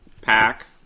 pack